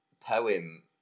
poem